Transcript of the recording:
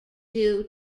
due